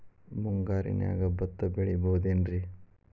ಮುಂಗಾರಿನ್ಯಾಗ ಭತ್ತ ಬೆಳಿಬೊದೇನ್ರೇ?